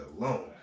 alone